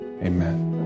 Amen